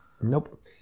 Nope